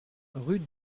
rue